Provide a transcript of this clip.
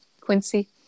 Quincy